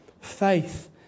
faith